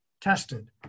tested